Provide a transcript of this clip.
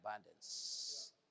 abundance